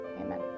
amen